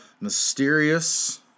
mysterious